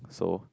so